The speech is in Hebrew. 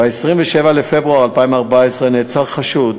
ב-27 בפברואר 2014 נעצר חשוד